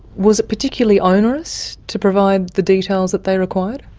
was it particularly onerous to provide the details that they required?